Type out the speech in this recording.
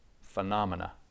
phenomena